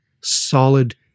solid